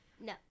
No